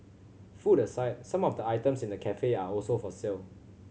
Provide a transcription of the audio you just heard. food aside some of the items in the cafe are also for sale